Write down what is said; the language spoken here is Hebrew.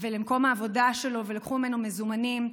ולמקום העבודה שלו ולקחו ממנו מזומנים,